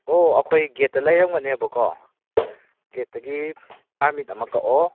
ꯑꯣ ꯑꯩꯈꯣꯏ ꯒꯦꯠꯇ ꯂꯩꯔꯝꯒꯅꯦꯕꯀꯣ ꯒꯦꯠꯇꯒꯤ ꯄꯥꯔꯃꯤꯠ ꯑꯃ ꯀꯛꯑꯣ